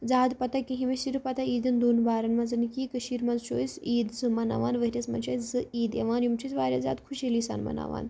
زیادٕ پتہ کِہیٖنۍ مےٚ چھِ صِرف پتہ عیٖدَن دۄن بارن منٛز کہِ یہ کشیٖر منٛز چھِ أسۍ عیٖد زٕ مَناوان ورۍ یَس منٛز چھِ اسہِ زٕ عیٖد یِوان یِم چھِ أسۍ واریاہ زیادٕ خوشحٲلی سان مَناوان